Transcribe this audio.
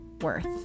worth